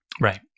Right